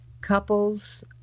couples